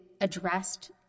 addressed